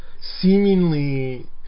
seemingly